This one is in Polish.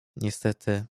niestety